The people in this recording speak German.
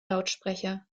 lautsprecher